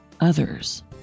others